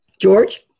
George